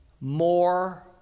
more